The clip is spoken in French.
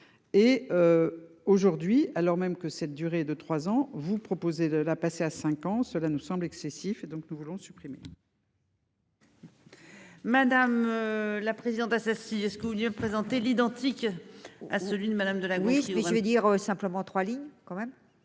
Et. Aujourd'hui, alors même que cette durée de trois ans, vous proposez de la passer à 5 ans, cela nous semble excessif et donc nous voulons supprimer. Il suffirait. Madame. La présidente a ceci est ce coup dur présenter l'identique à celui de Madame de la gauche. Mais je veux dire simplement 3 lignes quand même.